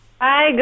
Hi